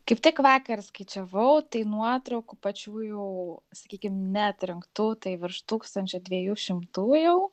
kaip tik vakar skaičiavau tai nuotraukų pačių jau sakykim neatrinktų tai virš tūkstančio dviejų šimtų jau